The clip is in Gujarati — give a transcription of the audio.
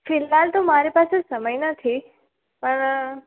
ફિલહાલ તો મારી પાસે સમય નથી પણ